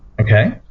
Okay